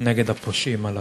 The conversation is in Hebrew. נגד הפושעים הללו.